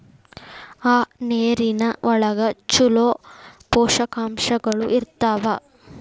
ಆ ನೇರಿನ ಒಳಗ ಚುಲೋ ಪೋಷಕಾಂಶಗಳು ಇರ್ತಾವ